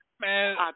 man